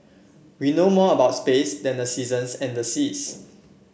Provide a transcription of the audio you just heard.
we know more about space than the seasons and the seas